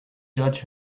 judge